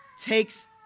takes